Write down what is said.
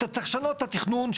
אתה צריך לשנות את התכנון.